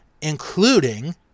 including